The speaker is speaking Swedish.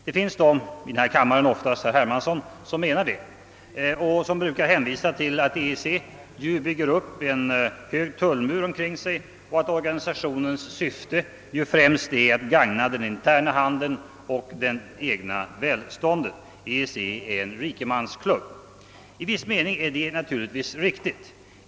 Det finns de — i denna kammare oftast herr Hermansson — som anser det och som brukar hänvisa till att EEC bygger upp en hög tullmur omkring sig och att organisationens syfte främst är att gagna den interna handeln och det egna välståndet. EEC är en »rikemansklubb». I viss mening är det naturligtvis riktigt.